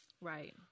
Right